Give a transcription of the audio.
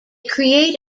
create